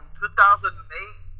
2008